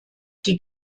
die